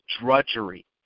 drudgery